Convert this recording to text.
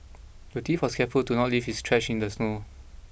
the thief was careful to not leave his tracks in the snow